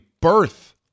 birth